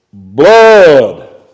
Blood